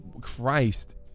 Christ